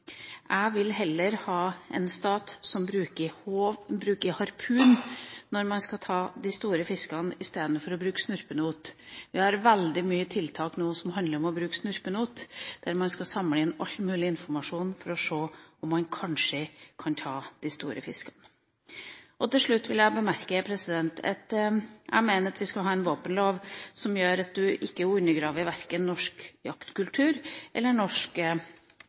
Jeg vil heller ha en stat som bruker harpun når den skal ta de store fiskene, enn en som bruker snurpenot. Vi har veldig mange tiltak nå som handler om å bruke snurpenot, der man skal samle inn all mulig informasjon for å se om man kanskje kan ta de store fiskene. Til slutt vil jeg bemerke at jeg mener vi skal ha en våpenlov som undergraver verken norsk jaktkultur eller